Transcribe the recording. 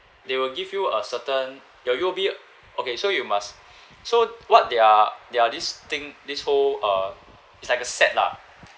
they will give you a certain your U_O_B okay so you must so what they are they are this thing this whole uh it's like a set lah